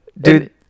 Dude